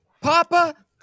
Papa